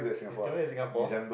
he's coming to Singapore